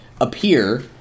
appear